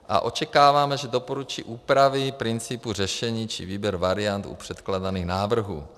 A očekáváme, že doporučí úpravy principu řešení či výběr variant u předkládaných návrhů.